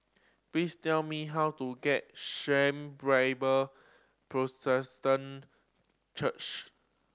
please tell me how to get Shalom Bible Church